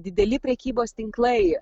dideli prekybos tinklai